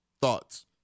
thoughts